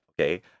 okay